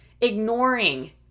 ignoring